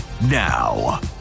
now